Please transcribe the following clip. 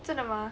真的吗